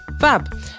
fab